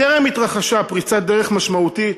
טרם התרחשה פריצת דרך משמעותית